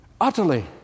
utterly